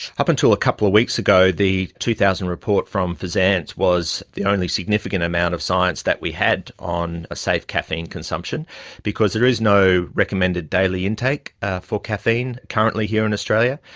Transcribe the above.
up until a couple of weeks ago the two thousand report from fsanz was the only significant amount of science that we had on a safe caffeine consumption because there is no recommended daily intake for caffeine currently here in australia.